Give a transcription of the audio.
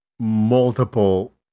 multiple